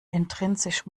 intrinsisch